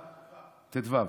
ט"ו.